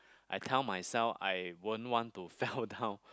I tell myself I won't want to fell down